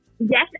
Yes